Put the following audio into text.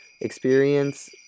experience